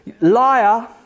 liar